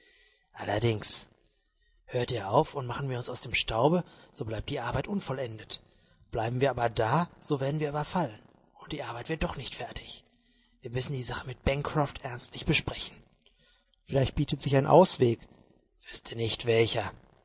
allerdings hört ihr auf und machen wir uns aus dem staube so bleibt die arbeit unvollendet bleiben wir aber da so werden wir überfallen und die arbeit wird doch nicht fertig wir müssen die sache mit bancroft ernstlich besprechen vielleicht bietet sich ein ausweg wüßte nicht welcher